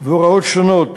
והוראות שונות),